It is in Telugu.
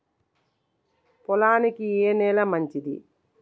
పొలానికి ఏ నేల మంచిది?